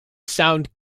sound